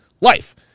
life